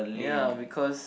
ya because